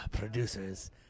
Producers